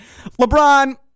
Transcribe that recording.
LeBron